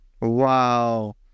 Wow